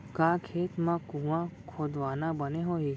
का खेत मा कुंआ खोदवाना बने होही?